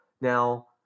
now